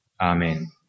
Amen